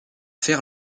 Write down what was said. faire